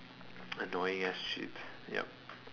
annoying as shit ya